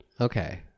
Okay